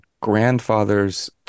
grandfather's